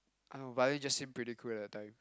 oh violin just seemed pretty cool at that time